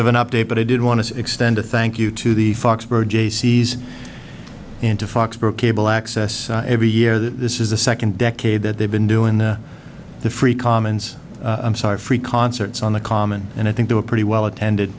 of an update but i did want to extend a thank you to the foxboro jaycee's and to foxborough cable access every year that this is the second decade that they've been doing the the free commons i'm sorry free concerts on the common and i think they were pretty well attended